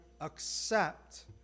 accept